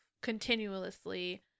continuously